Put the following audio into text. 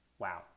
Wow